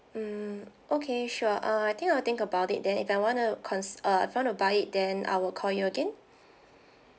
mm okay sure uh I think I'll think about it then if I want to con~ uh if I want to buy it then I will call you again